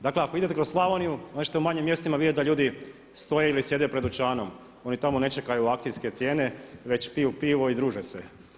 Dakle ako idete kroz Slavoniju onda ćete u manjim mjestima vidjeti da ljudi stoje ili sjede pred dućanom, oni tamo ne čekaju akcijske cijene već piju pivo i druže se.